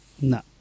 no